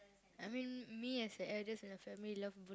I mean me as the edlest in the family love bul~